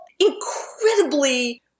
incredibly